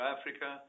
Africa